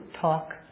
talk